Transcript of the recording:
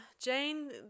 Jane